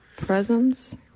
Presence